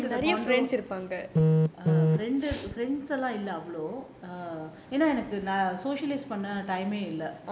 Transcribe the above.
err friend friends are like இல்ல அவ்ளோ ஏனா எனக்கு பண்ண:illa avlo yaena enakku panna time இல்ல:illa